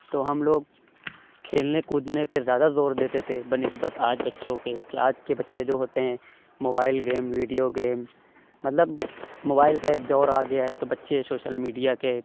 تو ہم لوگ کھیلنے کودنے پہ زیادہ زور دیتے تھے بہ نِسبت آج بچوں کے کہ آج کے بچے جو ہوتے ہیں موبائل گیم ویڈیو گیم مطلب موبائل کا ایک دور آ گیا ہے تو بچے سوشل میڈیا کے